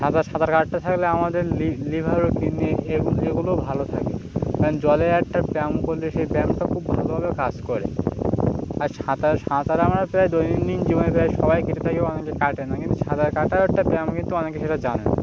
সাঁতার সাঁতার কাটতে থাকলে আমাদের লি লিভার কিডনি এগুলো এগুলোও ভালো থাকে কারণ জলে একটা ব্যায়াম বললে সেই ব্যায়ামটা খুব ভালোভাবে কাজ করে আর সাঁতার সাঁতার আমরা প্রায় দৈনন্দিন জীবনে প্রায় সবাই কেটে থাকি অনেকে কাটে না কিন্তু সাঁতার কাটাও একটা ব্যায়াম কিন্তু অনেকে সেটা জানে না